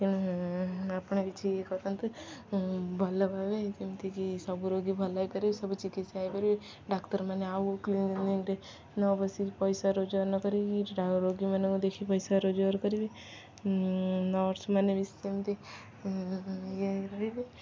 ତେଣୁ ଆପଣ କିଛି ଇଏ କରିଥାନ୍ତୁ ଭଲ ଭବେ ଯେମିତିକି ସବୁ ରୋଗୀ ଭଲ ହେଇପାରିବେ ସବୁ ଚିକିତ୍ସା ହେଇପାରିବେ ଡାକ୍ତରମାନେ ଆଉ କ୍ଲିନିକରେ ନ ବସିକି ପଇସା ରୋଜଗାର ନ କରିକି ରୋଗୀମାନଙ୍କୁ ଦେଖି ପଇସା ରୋଜଗାର କରିବେ ନର୍ସମାନେ ବି ସେମିତି ଇଏ ରହିବେ